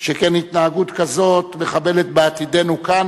שכן התנהגות כזאת מחבלת בעתידנו כאן